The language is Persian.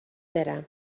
برم